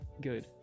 good